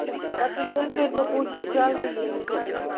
نسا تیٚلہِ کٔرۍزیٚو کوٗشِش جلدی یِنٕچ اَدٕ حظ